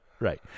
right